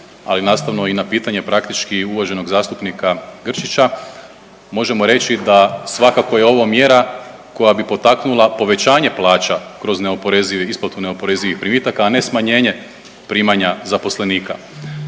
Ali nastavno i na pitanje praktički uvaženog zastupnika Grčića možemo reći da svakako je ovo mjera koja bi potaknula povećanje plaća kroz neoporezivi, isplatu neoporezivih primitaka, a ne smanjenje primanja zaposlenika.